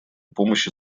помощи